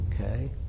Okay